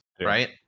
right